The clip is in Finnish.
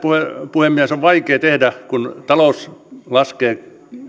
puhemies on vaikeaa kun talous laskee tai talous